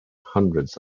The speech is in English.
hundreds